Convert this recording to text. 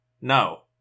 No